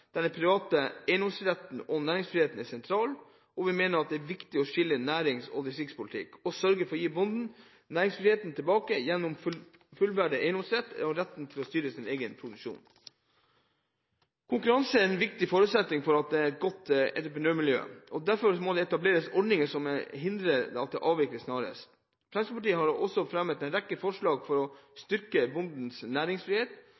den private eiendomsretten og næringsfriheten er sentral. Vi mener det er viktig å skille nærings- og distriktspolitikk og sørge for å gi bonden næringsfriheten tilbake gjennom fullverdig eiendomsrett og retten til å styre egen produksjon. Konkurranse er en viktig forutsetning for et godt entreprenørmiljø, og derfor må de etablerte ordningene som hindrer dette, avvikles snarest. Fremskrittspartiet har fremmet en rekke forslag for å styrke bondens næringsfrihet,